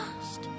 Lost